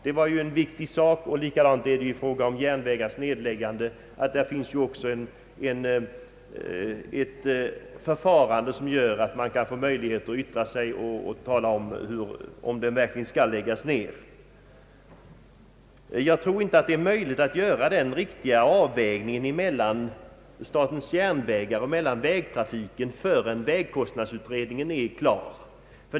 Detta var en viktig sak, och samma är förhållandet i fråga om järnvägsnedläggelser, där det finns ett förfarande som gör att man kan få möjlighet att yttra sig. Jag tror inte att det är möjligt att göra den riktiga avvägningen mellan statens järnvägar och vägtrafiken förrän vägkostnadsutredningen är klar.